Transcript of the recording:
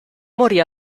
morì